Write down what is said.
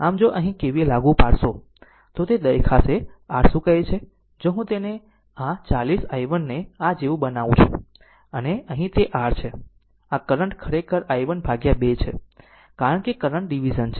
આમ જો અહીં KVL લાગુ પાડશો તો તે દેખાશે r શું કહે છે જો હું તેને આ 40 i1 ને આ જેવું બનાવું છું અને અહીં તે r છે આ કરંટ ખરેખર i1 ભાગ્યા 2 છે કારણ કે કરંટ ડીવીઝન છે